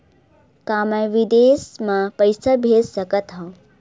का मैं विदेश म पईसा भेज सकत हव?